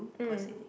mm